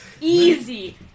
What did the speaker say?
Easy